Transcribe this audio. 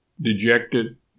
Dejected